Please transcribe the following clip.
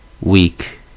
weak